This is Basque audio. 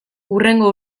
hurrengo